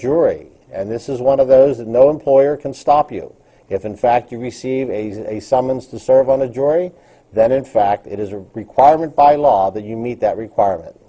jury and this is one of those that no employer can stop you if in fact you receive a summons to serve on a jury that in fact it is a requirement by law that you meet that requirement